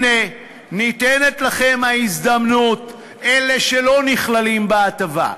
הנה, ניתנת לכם ההזדמנות, אלה שלא נכללים בהטבה,